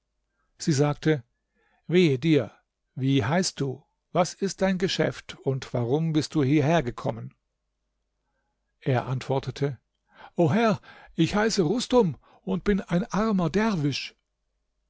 sie sagte wehe dir wie heißt du was ist dein geschäft und warum bist du hierhergekommen er antwortete o herr ich heiße rustum und bin ein armer derwisch